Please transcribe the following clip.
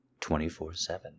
24-7